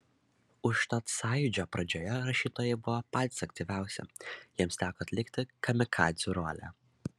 užtat sąjūdžio pradžioje rašytojai buvo patys aktyviausi jiems teko atlikti kamikadzių rolę